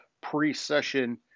pre-session